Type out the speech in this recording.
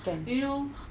kan